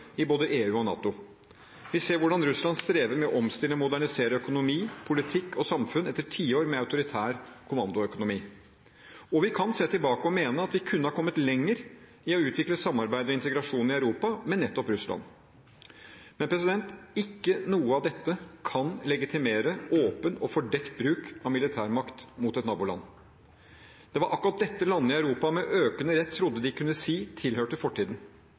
i både EU og NATO. Vi ser hvordan Russland strever med å omstille og modernisere økonomi, politikk og samfunn etter tiår med autoritær kommandoøkonomi. Vi kan se tilbake og mene at vi kunne ha kommet lenger i å utvikle samarbeid og integrasjon i Europa med nettopp Russland. Men ikke noe av dette kan legitimere åpen og fordekt bruk av militærmakt mot et naboland. Det var akkurat dette landene i Europa med økende rett trodde de kunne si tilhørte fortiden.